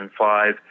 2005